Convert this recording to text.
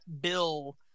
bill